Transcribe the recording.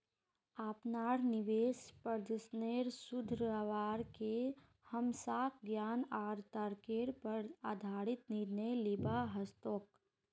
अपनार निवेश प्रदर्शनेर सुधरवार के हमसाक ज्ञान आर तर्केर पर आधारित निर्णय लिबा हतोक